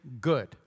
good